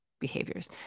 behaviors